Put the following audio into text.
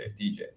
DJ